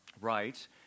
right